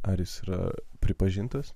ar jis yra pripažintas